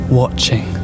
watching